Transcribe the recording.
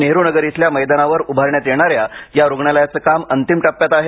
नेहरूनगर इथल्या मैदानावर उभारण्यात येणाऱ्या या रुग्णालयाचं काम अंतिम टप्प्यात आहे